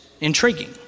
intriguing